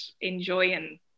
enjoying